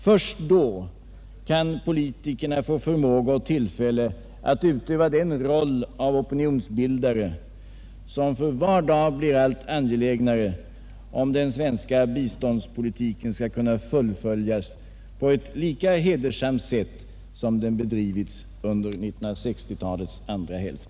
Först då kan politikerna få förmåga och tillfälle att utöva den roll som opinionsbildare, vilken för var dag blir alltmer angelägen, om den svenska biständspolitiken skall kunna fullföljas på ett lika hedersamt sätt som den har bedrivits under 1960-talets andra hälft.